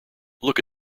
look